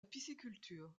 pisciculture